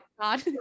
God